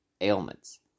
ailments